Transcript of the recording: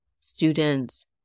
students